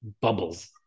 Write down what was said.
bubbles